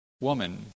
woman